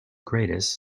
greatest